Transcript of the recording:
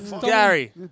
Gary